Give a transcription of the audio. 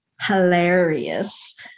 hilarious